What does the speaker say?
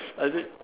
ah is it